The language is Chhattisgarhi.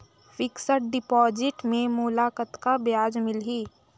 फिक्स्ड डिपॉजिट मे मोला कतका ब्याज मिलही?